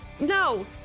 No